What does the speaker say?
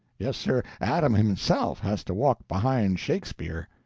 yes, sir, adam himself has to walk behind shakespeare.